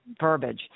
verbiage